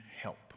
help